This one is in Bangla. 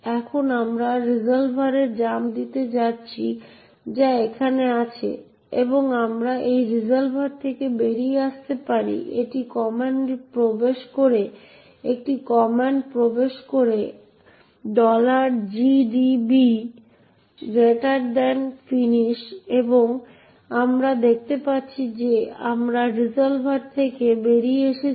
এখন আমরা রেজলভারে জাম্প দিতে যাচ্ছি যা এখানে আছে এবং আমরা এই রেজলভার থেকে বেরিয়ে আসতে পারি একটি কমান্ড প্রবেশ করে gdb finish এবং আমরা দেখতে পাচ্ছি যে আমরা রেজলভার থেকে বেরিয়ে এসেছি